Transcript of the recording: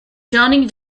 johnny